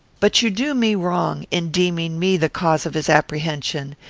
but you do me wrong, in deeming me the cause of his apprehension.